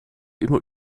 immer